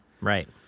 Right